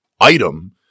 item